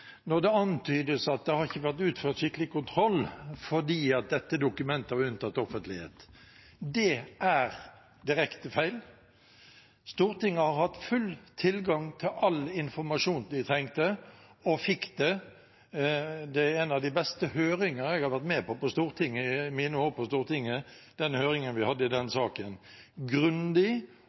det antydes at det ikke har vært utført skikkelig kontroll fordi dette dokumentet var unntatt offentlighet. Det er direkte feil. Stortinget har hatt full tilgang til all informasjonen de trengte, og fikk det. Den høringen vi hadde i denne saken, er en av de beste høringer jeg har vært med på i mine år på Stortinget,